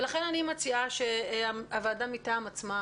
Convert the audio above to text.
ולכן אני מציעה שהוועדה תוציא